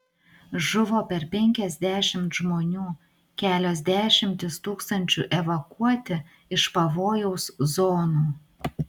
žuvo per penkiasdešimt žmonių kelios dešimtys tūkstančių evakuoti iš pavojaus zonų